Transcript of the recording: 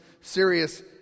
serious